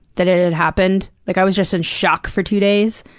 that it had happened. like, i was just in shock for two days.